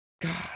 God